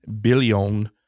billion